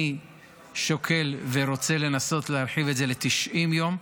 אני שוקל ורוצה לנסות להרחיב את זה ל-90 יום,